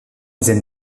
dizaine